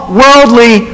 worldly